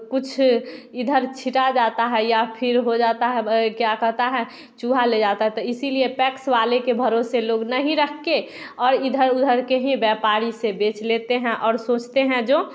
कुछ इधर छिटा जाता है या फिर हो जाता है ये क्या कहता है चूहा ले जाता है तो इसीलिए पैक्स वाले के भरोसे लोग नहीं रखके और इधर उधर के भी व्यापारी से बेच लेते हैं और सोचते हैं जो